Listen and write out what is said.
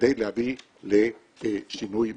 כדי להביא לשינוי משמעותי.